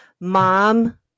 mom-